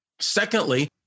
Secondly